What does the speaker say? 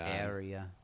area